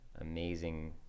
amazing